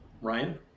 ryan